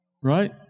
Right